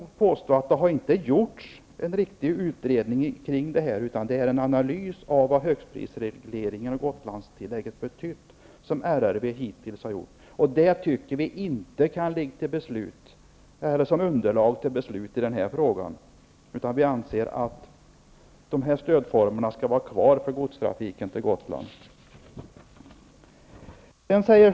Vi vill påstå att det inte har gjorts en riktig utredning av detta, utan att det som riksrevisionsverket hittills har gjort bara är en analys av vad högstprisregleringen och Gotlandstillägget har betytt. Vi tycker inte att det kan ligga som underlag för beslut i den här frågan, utan vi anser att de här stödformerna för godstrafiken till Gotland skall vara kvar.